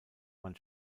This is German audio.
man